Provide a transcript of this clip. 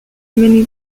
many